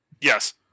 Yes